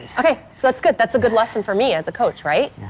okay, so that's good, that's a good lesson for me as a coach, right,